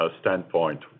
standpoint